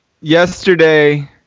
yesterday